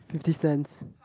fifty cents